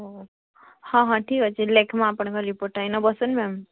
ଓ ହଁ ହଁ ଠିକ୍ ଅଛେ ଲେଖ୍ମା ଆପଣଙ୍କର୍ ରିପୋର୍ଟ୍ଟା ଇନେ ବସୁନ୍ ମ୍ୟାମ୍